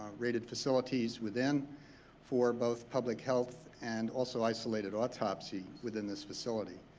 rated facilities within for both public health and also isolated autopsy within this facility.